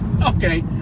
okay